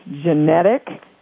genetic